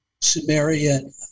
Sumerian